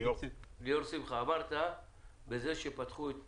ליאור שמחה, אמרת שבזה שפתחו את